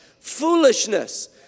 foolishness